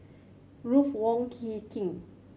Ruth Wong Hie King